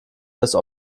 das